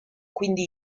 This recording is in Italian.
quindi